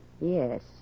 Yes